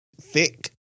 thick